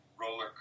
roller